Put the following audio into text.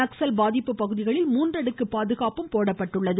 நக்ஸல் பாதிப்பு பகுதிகளில் மூன்றடுக்கு பாதுகாப்பு போடப்பட்டுள்ளது